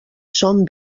són